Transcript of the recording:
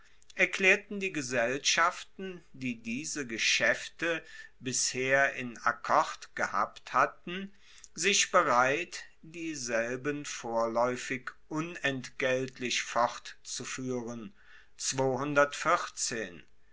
erklaerten die gesellschaften die diese geschaefte bisher in akkord gehabt hatten sich bereit dieselben vorlaeufig unentgeltlich fortzufuehren